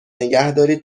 نگهدارید